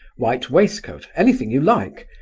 white waistcoat, anything you like,